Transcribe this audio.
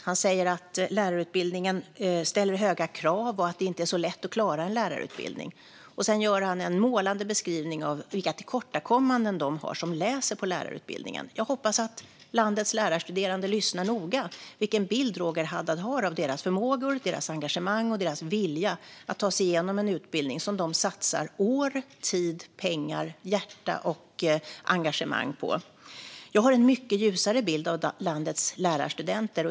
Han säger att lärarutbildningen ställer höga krav och att det inte är särskilt lätt att klara en lärarutbildning. Sedan gör han en målande beskrivning av vilka tillkortakommande de har som läser på lärarutbildningen. Jag hoppas att landets lärarstuderande lyssnar noga och hör vilken bild Roger Haddad har av deras förmågor, engagemang och vilja att ta sig igenom en utbildning som de satsar år, tid, pengar, hjärta och engagemang på. Jag har en mycket ljusare bild av landets lärarstudenter.